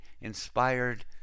inspired